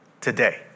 today